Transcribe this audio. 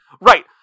Right